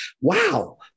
Wow